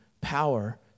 power